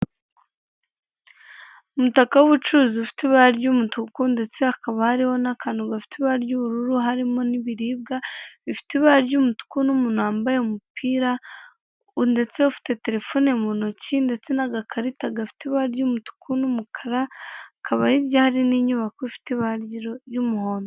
Umutaka w'ubucuruzi ufite ibara ry'umutuku ndetse hakaba hariho n'akantu gafite ibara ry'ubururu, harimo n'ibiribwa bifite ibara ry'umutuku n'umuntu wambaye umupira ndetse ufite telefone mu ntoki ndetse n'agakarita gafite ibara ry'umutuku n'umukara, hakaba hirya hari n'inyubako ifite ibara ry'umuhondo.